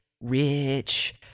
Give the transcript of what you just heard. rich